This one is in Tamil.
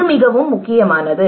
இது முக்கியமானது